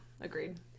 agreed